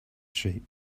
sheep